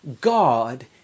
God